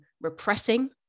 repressing